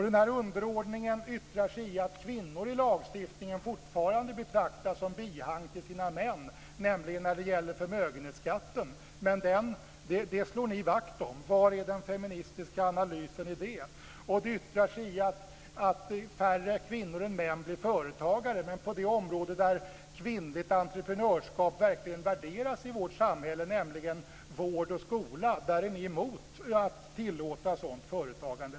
Den här underordningen yttrar sig i att kvinnor i lagstiftningen fortfarande betraktas som bihang till sina män när det gäller förmögenhetsbeskattningen. Men den slår ni vakt om. Var är den feministiska analysen i det? Underordningen yttrar sig i att färre kvinnor än män blir företagare. Men på de områden där kvinnligt entreprenörskap verkligen värderas i vårt samhälle, nämligen vård och skola, är ni emot att tillåta sådant företagande.